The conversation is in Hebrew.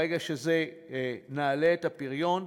ברגע שנעלה את הפריון,